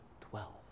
twelve